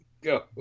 Go